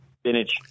spinach